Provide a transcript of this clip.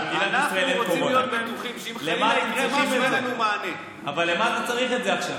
למה אתם צריכים את זה?